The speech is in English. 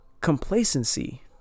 complacency